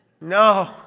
no